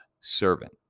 servant